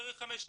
אחרי חמש שנים,